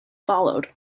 followed